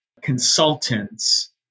consultants